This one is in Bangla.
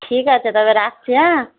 ঠিক আছে তবে রাখছি হ্যাঁ